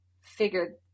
figured